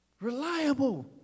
Reliable